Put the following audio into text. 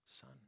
son